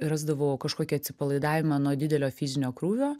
rasdavau kažkokį atsipalaidavimą nuo didelio fizinio krūvio